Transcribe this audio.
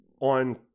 on